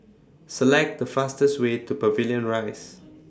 Select The fastest Way to Pavilion Rise